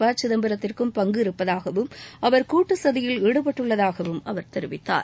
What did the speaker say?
ப சித்மபரத்திற்கும் பங்கு இருப்பதாகவும் அவர் கூட்டு சதியில் ஈடுபட்டுள்ளதாகவும் அவர் தெரிவித்தார்